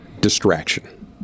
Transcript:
Distraction